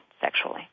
sexually